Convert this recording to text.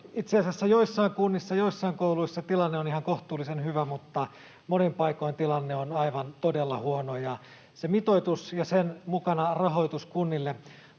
itse asiassa joissain kunnissa, joissain kouluissa tilanne on ihan kohtuullisen hyvä, mutta monin paikoin tilanne on aivan todella huono. Se mitoitus ja sen mukana rahoitus kunnille